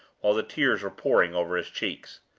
while the tears were pouring over his cheeks.